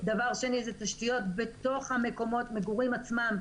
דבר שני זה תשתיות במקומות המגורים עצמם,